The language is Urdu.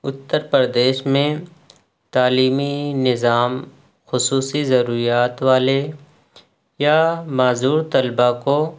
اتّر پردیش میں تعلیمی نظام خصوصی ضروریات والے یا معذور طلبہ کو